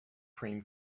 cream